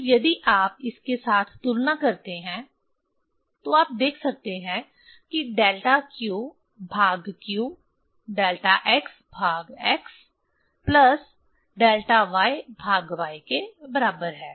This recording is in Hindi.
तो यदि आप इसके साथ तुलना करते हैं तो आप देख सकते हैं कि डेल्टा q भाग q डेल्टा x भाग x प्लस डेल्टा y भाग y के बराबर है